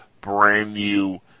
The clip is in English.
brand-new